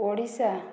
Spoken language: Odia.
ଓଡ଼ିଶା